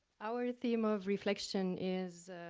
our theme of reflection is